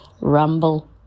Rumble